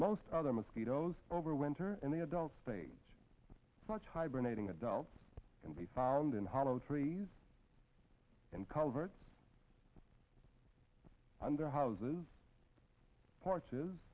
most other mosquitoes over winter in the adult stage such hibernating adults can be found in hollow trees and covered under houses porches